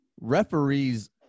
referees